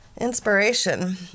inspiration